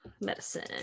medicine